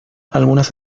algunas